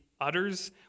utters